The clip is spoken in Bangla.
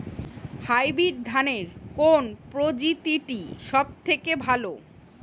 হাইব্রিড ধানের কোন প্রজীতিটি সবথেকে ভালো?